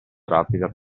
rapida